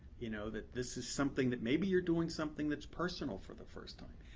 you know, that this is something that maybe you're doing something that's personal for the first time.